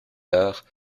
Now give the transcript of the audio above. arts